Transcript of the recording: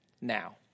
now